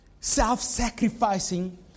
self-sacrificing